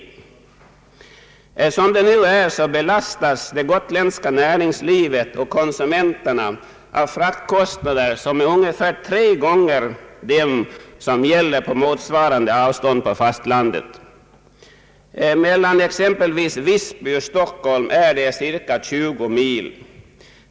Som det nu är belastas det gotländska näringslivet och konsumenterna av fraktkostnader, som är ungefär tre gånger så stora som dem som gäller för motsvarande avstånd på fastlandet. Mellan exempelvis Visby och Stockholm är det cirka 20 mil.